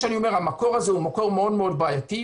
המקור הזה הוא מקור בעייתי מאוד,